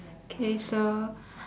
okay so